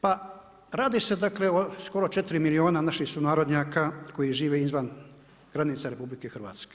Pa radi se dakle o skoro 4 milijuna naših sunarodnjaka koji žive izvan granica RH.